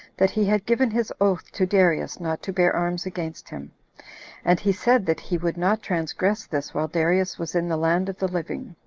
that he had given his oath to darius not to bear arms against him and he said that he would not transgress this while darius was in the land of the living.